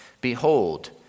Behold